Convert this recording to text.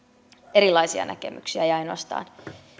erilaisia näkemyksiä ei ainoastaan